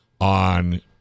on